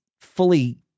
fully